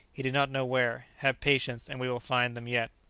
he did not know where. have patience, and we will find them yet.